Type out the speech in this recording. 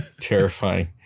Terrifying